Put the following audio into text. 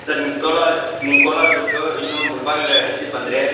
sir ನಿಮ್ಮ ಕೋಲಾ ನಿಮ್ಮ ಕೋಲಾರ ಬಿಟ್ಟು ಇನ್ನು ಮುಳ್ಬಾಗ್ಲು ಡಿಸ್ಟಿಕ್ ಬಂದರೆ